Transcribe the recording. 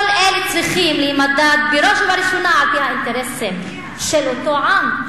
כל אלה צריכים להימדד בראש ובראשונה על-פי האינטרסים של אותו עם,